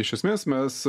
iš esmės mes